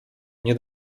nie